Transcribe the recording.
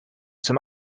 some